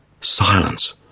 Silence